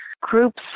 groups